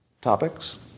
topics